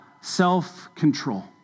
self-control